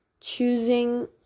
choosing